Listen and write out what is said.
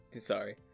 Sorry